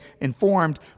informed